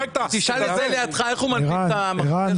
תשאל את זה שיושב לידך איך הוא מפיק את החשבונית.